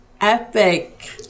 epic